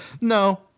No